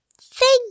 Thank